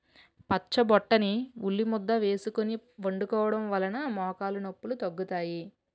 పచ్చబొటాని ని ఉల్లిముద్ద వేసుకొని వండుకోవడం వలన మోకాలు నొప్పిలు తగ్గుతాయి